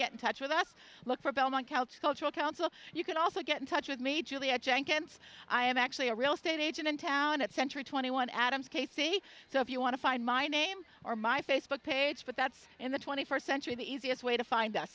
get in touch with us look for belmont coutts cultural council you can also get in touch with me julia jenkins i am actually a real estate agent in town at century twenty one adams k c so if you want to find my name or my facebook page but that's in the twenty first century the easiest way to find